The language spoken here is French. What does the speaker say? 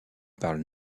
parle